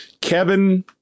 Kevin